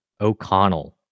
O'Connell